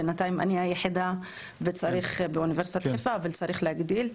בינתיים אני היחידה באוניברסיטת חיפה וצריך להגדיל.